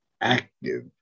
active